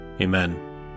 Amen